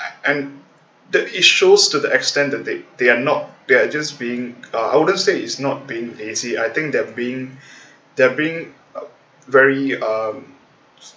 and it it shows to the extent that they they are not they are just being uh I wouldn't say it's not being easy I think they're being they're being very uh